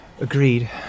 Agreed